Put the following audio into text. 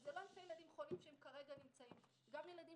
זה לא אלפי ילדים שכרגע נמצאים במערכת אלא גם ילדים